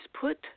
put